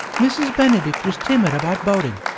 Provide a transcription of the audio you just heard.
mrs. benedict was timid about boating,